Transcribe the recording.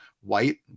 white